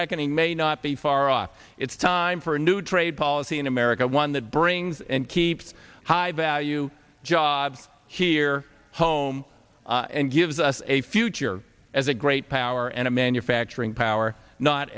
reckoning may not be far off it's time for a new trade policy in america one that brings and keeps high value jobs here at home and gives us a future as a great power and a manufacturing power not